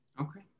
Okay